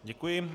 Děkuji.